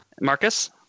Marcus